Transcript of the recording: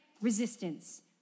resistance